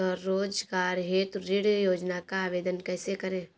स्वरोजगार हेतु ऋण योजना का आवेदन कैसे करें?